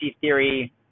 theory